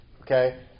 okay